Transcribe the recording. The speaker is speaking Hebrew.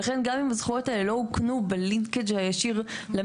ולכן גם אם הזכויות האלה לא עוגנו ב- linkage ישיר למטרו,